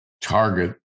target